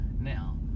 now